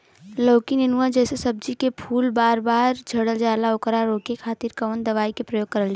लौकी नेनुआ जैसे सब्जी के फूल बार बार झड़जाला ओकरा रोके खातीर कवन दवाई के प्रयोग करल जा?